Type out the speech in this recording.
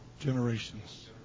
generations